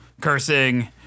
cursing